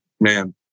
man